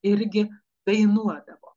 irgi dainuodavo